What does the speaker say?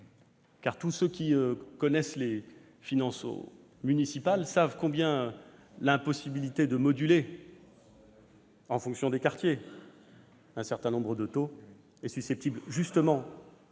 Tous ceux qui connaissent les finances municipales savent combien l'impossibilité de moduler, en fonction des quartiers, un certain nombre de taux tend à accroître dans la durée